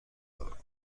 دارم